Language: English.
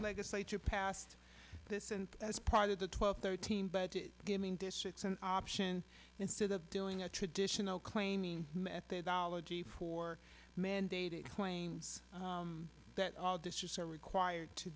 legislature passed this in as part of the twelve thirteen but is giving districts an option instead of doing a traditional claiming methodology for mandated claims that all districts are required to